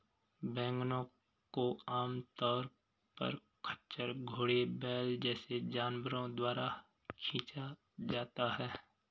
वैगनों को आमतौर पर खच्चर, घोड़े, बैल जैसे जानवरों द्वारा खींचा जाता है